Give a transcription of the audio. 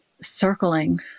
circling